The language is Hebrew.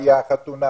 חתונה,